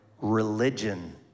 religion